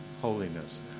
holiness